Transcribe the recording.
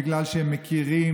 בגלל שהם מכירים,